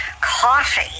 coffee